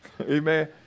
Amen